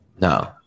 No